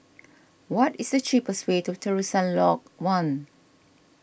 what is the cheapest way to Terusan Lodge one